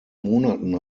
monaten